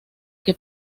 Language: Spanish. que